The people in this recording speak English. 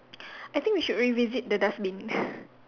I think we should revisit the dustbin